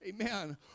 Amen